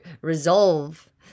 resolve